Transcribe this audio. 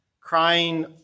crying